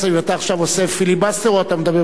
אתה עכשיו עושה פיליבסטר או אתה מדבר ברצינות?